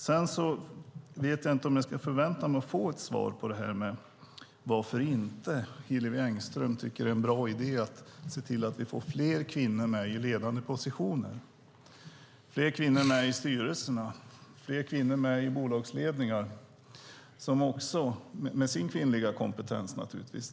Jag vet inte om jag ska förvänta mig något svar på frågan varför Hillevi Engström inte tycker att det är någon bra idé att se till att vi får fler kvinnor i ledande positioner - fler kvinnor i styrelser och fler kvinnor i bolagsledningar, som tillför mycket med sin kvinnliga kompetens.